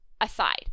aside